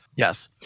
Yes